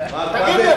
תגיד לי,